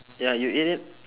ya you ate it